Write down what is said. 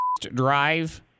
Drive